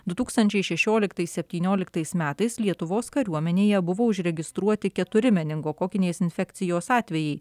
du tūkstančiai šešioliktais septynioliktais metais lietuvos kariuomenėje buvo užregistruoti keturi meningokokinės infekcijos atvejai